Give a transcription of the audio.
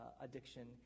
addiction